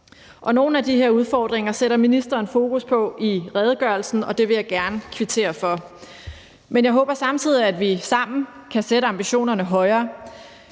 Nogle af de her udfordringer sætter ministeren fokus på i redegørelsen, og det vil jeg gerne kvittere for. Men jeg håber samtidig, at vi sammen kan sætte ambitionerne højere.